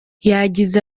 yagize